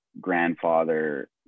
grandfather